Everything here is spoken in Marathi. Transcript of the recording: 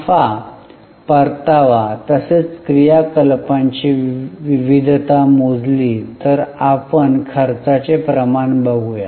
नफा परतावा तसेच क्रियाकलापांची विविधता मोजली तर आपण खर्चाचे प्रमाण बघूया